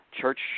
church